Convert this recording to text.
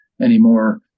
anymore